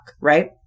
Right